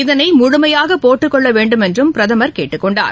இதனைமுழமையாகபோட்டுக் கொள்ளவேண்டுமென்றும் பிரதமர் கேட்டுக் கொண்டார்